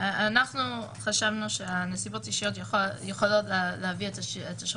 עדיין אנחנו רוצים לרמוז איכשהו